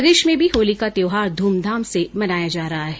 प्रदेश में भी होली का त्योहार धूमधाम से मनाया जा रहा है